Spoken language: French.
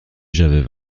j’avais